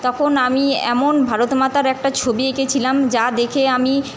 তখন আমি এমন ভারত মাতার একটা ছবি এঁকেছিলাম যা দেখে আমি